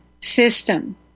system